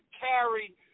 carry